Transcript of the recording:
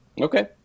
Okay